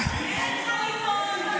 אין חליפות.